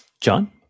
John